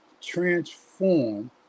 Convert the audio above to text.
transform